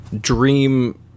dream